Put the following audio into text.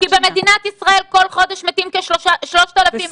כי במדינת ישראל כל חודש מתים 3,000 איש.